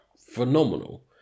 phenomenal